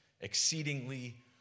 exceedingly